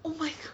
oh my god